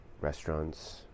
restaurants